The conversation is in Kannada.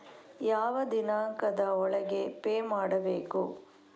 ಯಾವ ದಿನಾಂಕದ ಒಳಗೆ ಪೇ ಮಾಡಬೇಕು?